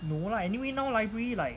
no lah anyway now library like